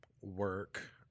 work